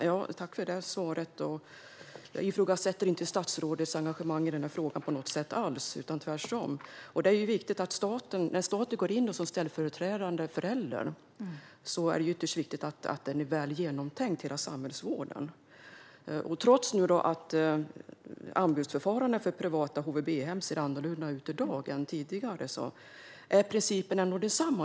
Herr talman! Tack för svaret! Jag ifrågasätter inte alls på något sätt statsrådets engagemang i frågan, tvärtom. När staten går in som ställföreträdande förälder är det ytterst viktigt att hela samhällsvården är väl genomtänkt. Trots att anbudsförfarandet för privata HVB-hem ser annorlunda ut i dag än tidigare är principen ändå densamma.